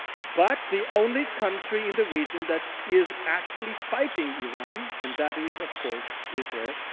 but the only country in the region that is actually fighting iran and that is, of course, israel.